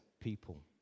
people